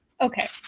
okay